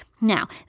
Now